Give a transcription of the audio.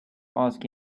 ask